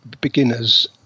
beginners